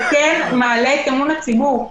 וכן מעלה את אמון הציבור.